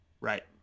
Right